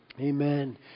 Amen